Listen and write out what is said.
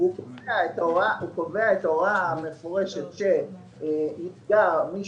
הוא קובע את ההוראה המפורשת לגבי מי